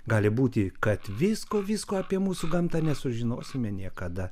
gali būti kad visko visko apie mūsų gamtą nesužinosime niekada